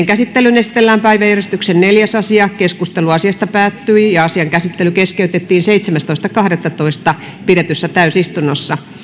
käsittelyyn esitellään päiväjärjestyksen neljäs asia keskustelu asiasta päättyi ja asian käsittely keskeytettiin seitsemästoista kahdettatoista kaksituhattakahdeksantoista pidetyssä täysistunnossa